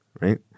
right